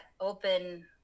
open